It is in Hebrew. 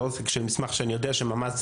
זה עותק של מסמך שאני יודע שמפקדת מחוז